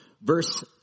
Verse